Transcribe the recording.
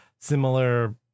similar